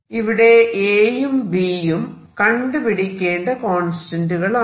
ഇവിടെ Aയും Bയും കണ്ടുപിടിക്കേണ്ട കോൺസ്റ്റന്റുകളാണ്